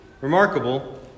remarkable